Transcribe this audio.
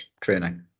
training